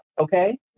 okay